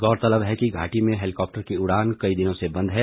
गौरतलब है की घाटी में हैलीकॉप्टर की उड़ान कई दिनों से बंद है